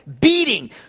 beating